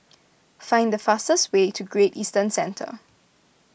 find the fastest way to Great Eastern Centre